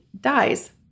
dies